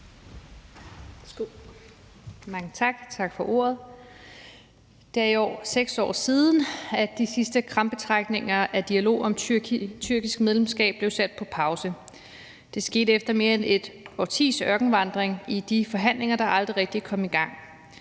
Det er i år 6 år siden, at de sidste krampetrækninger af dialog om tyrkisk medlemskab blev sat på pause. Det skete efter mere end et årtis ørkenvandring i de forhandlinger, der aldrig rigtig kom i gang.